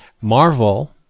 Marvel